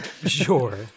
Sure